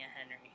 Henry